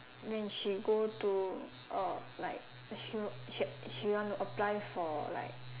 when she go to uh like she sh~ she want to apply for like